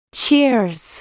cheers